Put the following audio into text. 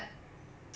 不公平